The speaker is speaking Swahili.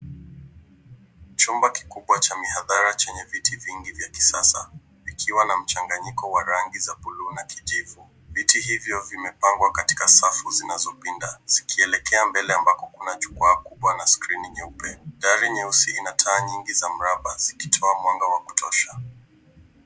Chumba kikubwa cha mihadhara chenye viti vingi vya kisasa vikiwa na mchanganyiko wa rangi za buluu na kijivu. Viti hivyo vimepangwa katika safu zinazopinda zikielekea mbele ambako kuna jukwaa kubwa na skrini nyeupe. Dari nyeusi ina taa nyingi za mraba zikitoa mwanga wa kutosha.